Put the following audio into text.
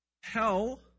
Hell